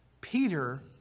Peter